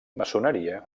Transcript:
maçoneria